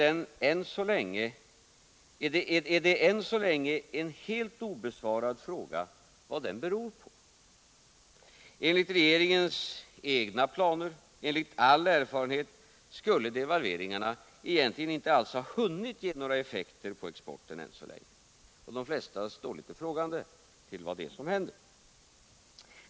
Det är än så länge en helt obesvarad fråga vad exportökningen beror på. Enligt regeringens egna planer och all erfarenhet skulle devalveringarna egentligen inte alls ha hunnit ge några effekter på exporten. Och de flesta står litet frågande till vad det är som händer.